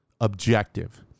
objective